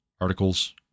articles